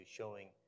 showing